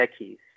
techies